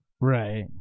right